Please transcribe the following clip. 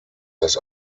das